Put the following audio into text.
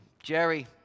Jerry